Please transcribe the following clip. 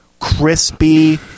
crispy